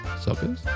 suckers